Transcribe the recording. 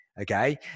Okay